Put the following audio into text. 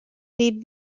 need